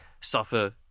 suffer